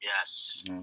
Yes